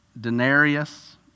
denarius